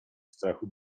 strachu